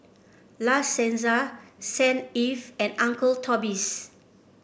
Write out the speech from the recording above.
La Senza Saint Ives and Uncle Toby's